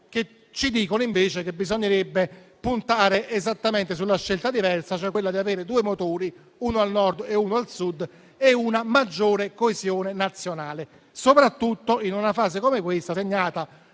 ci dicono invece che bisognerebbe puntare esattamente su una scelta diversa, e cioè avere due motori, uno al Nord e uno al Sud, e una maggiore coesione nazionale, soprattutto in una fase come quella attuale,